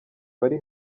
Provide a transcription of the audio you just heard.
bari